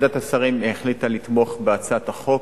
ועדת השרים החליטה לתמוך בהצעת החוק.